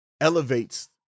elevates